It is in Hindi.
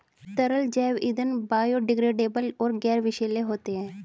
तरल जैव ईंधन बायोडिग्रेडेबल और गैर विषैले होते हैं